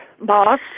boss